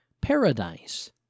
paradise